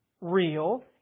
real